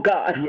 God